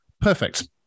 Perfect